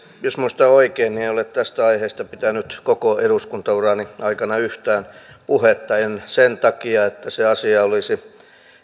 jos muistan oikein niin en ole tästä aiheesta pitänyt koko eduskuntaurani aikana yhtään puhetta ei sen takia että se asia olisi